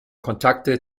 kontakte